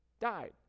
died